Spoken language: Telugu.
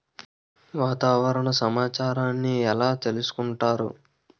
వాతావరణ సమాచారాన్ని ఎలా తెలుసుకుంటారు?